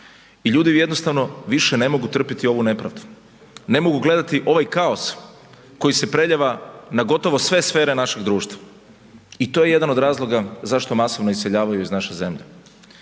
i ljudi jednostavno više ne mogu trpiti ovu nepravdu, ne mogu gledati ovaj kaos koji se preljeva na gotovo sve sfere našeg društva i to je jedan od razloga zašto masovno iseljavaju iz naše zemlje.